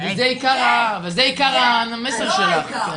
--- זה עיקר המסר שלה.